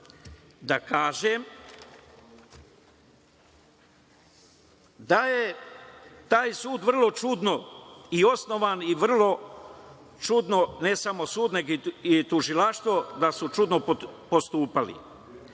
da kažem da je taj sud vrlo čudno i osnovan i vrlo čudno, ne samo sud nego i tužilaštvo, su postupali.